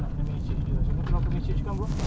bagi senang satu kali